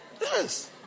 Yes